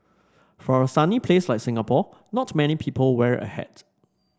for a sunny place like Singapore not many people wear a hat